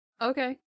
Okay